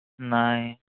ନାଇଁ